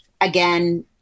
again